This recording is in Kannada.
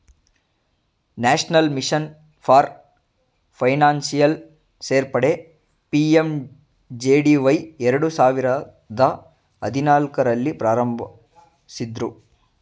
ನ್ಯಾಷನಲ್ ಮಿಷನ್ ಫಾರ್ ಫೈನಾನ್ಷಿಯಲ್ ಸೇರ್ಪಡೆ ಪಿ.ಎಂ.ಜೆ.ಡಿ.ವೈ ಎರಡು ಸಾವಿರದ ಹದಿನಾಲ್ಕು ರಲ್ಲಿ ಪ್ರಾರಂಭಿಸಿದ್ದ್ರು